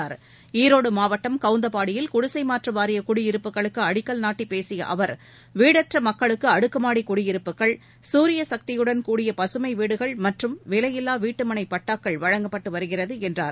மாநில சுற்றுச்சூழல் துறை அமைச்சர் ஈரோடு மாவட்டம் கவுந்தபாடியில் குடிசைமாற்று வாரிய குடியிருப்புகளுக்கு அடிக்கல் நாட்டி பேசிய அவர் வீடற்ற மக்களுக்கு அடுக்குமாடி குடியிருப்புகள் சூரிய சக்தியுடன் கூடிய பசுமை வீடுகள் மற்றும் விலையில்லா வீட்டுமனை பட்டாக்கள் வழங்கப்பட்டு வருகிறது என்றார்